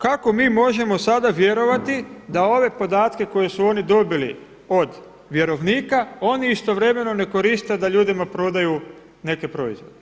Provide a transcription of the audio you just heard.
Kako mi sada možemo vjerovati da ove podatke koje su oni dobili od vjerovnika oni istovremeno ne koriste da ljudima prodaju neke proizvode?